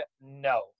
No